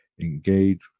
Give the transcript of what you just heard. engage